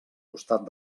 costat